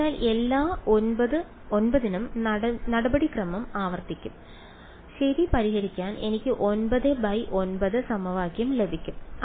അതിനാൽ എല്ലാ 9 നും നടപടിക്രമം ആവർത്തിക്കും ശരി പരിഹരിക്കാൻ എനിക്ക് 9 ബൈ 9 സമവാക്യം ലഭിക്കും